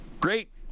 great